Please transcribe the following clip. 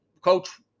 Coach